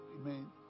Amen